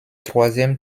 troisième